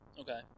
Okay